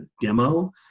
demo